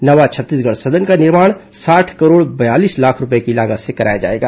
नवा छत्तीसगढ़ सदन का निर्माण साठ करोड़ बयालीस लाख रूपये की लागत से कराया जाएगा